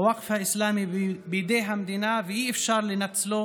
הווקף האסלאמי בידי המדינה ואי-אפשר לנצלו